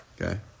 okay